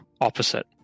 opposite